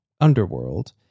underworld